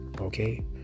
okay